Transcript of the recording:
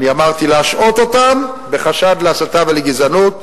אני אמרתי שיש להשעות אותם בחשד להסתה ולגזענות,